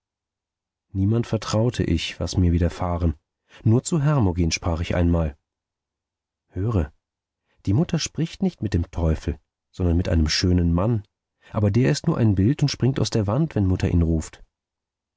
niemand vertraute ich was mir widerfahren nur zu hermogen sprach ich einmal höre die mutter spricht nicht mit dem teufel sondern mit einem schönen mann aber der ist nur ein bild und springt aus der wand wenn mutter ihn ruft